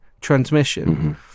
transmission